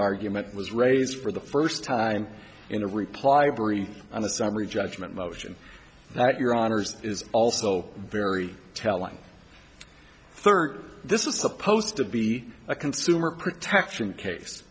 argument was raised for the first time in a reply brief on the summary judgment motion that your honour's is also very telling thirty this is supposed to be a consumer protection case